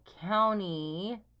county